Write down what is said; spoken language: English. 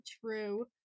true